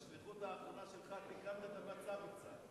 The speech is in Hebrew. בשליחות האחרונה שלך תיקנת את המצב קצת.